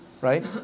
right